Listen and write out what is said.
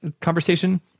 conversation